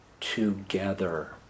together